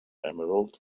emerald